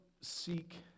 seek